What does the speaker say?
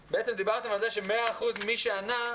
להבין דיברתם על זה ש-100% מי שענה,